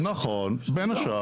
נכון, בין השאר.